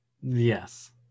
yes